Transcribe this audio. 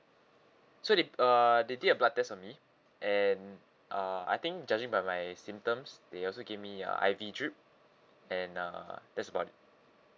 so they uh they did a blood test on me and uh I think judging by my symptoms they also give me uh I_V drip and uh that's about it